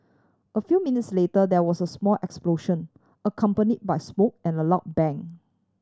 a few minutes later there was a small explosion accompany by smoke and a loud bang